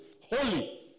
holy